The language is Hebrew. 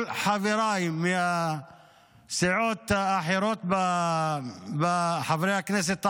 כל חבריי מהסיעות האחרות של חברי הכנסת הערבים,